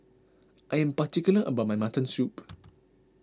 I am particular about my Mutton Soup